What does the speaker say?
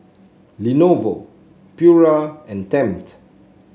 Lenovo Pura and Tempt